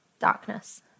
Darkness